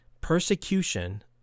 persecution